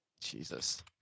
Jesus